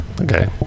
Okay